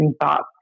thoughts